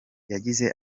yagize